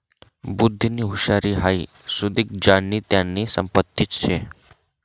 बुध्दीनी हुशारी हाई सुदीक ज्यानी त्यानी संपत्तीच शे